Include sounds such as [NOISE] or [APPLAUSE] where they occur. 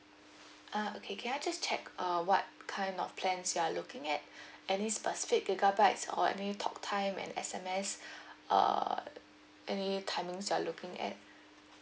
uh okay can I just check uh what kind of plans you are looking at [BREATH] any specific gigabytes or any talk time and S_M_S [BREATH] uh any timings you're looking at